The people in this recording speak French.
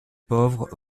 pauvre